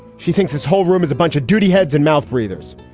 she thinks this whole room is a bunch of duty heads and mouth breathers.